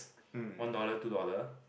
one dollar two dollar